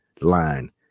line